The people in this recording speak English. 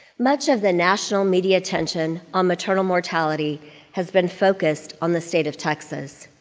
much of the national media attention on maternal mortality has been focused on the state of texas.